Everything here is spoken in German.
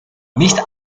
nicht